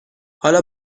حالا